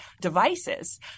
devices